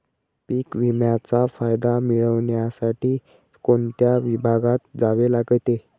पीक विम्याचा फायदा मिळविण्यासाठी कोणत्या विभागात जावे लागते?